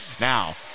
Now